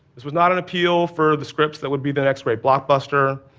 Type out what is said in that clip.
this was not an appeal for the scripts that would be the next great blockbuster,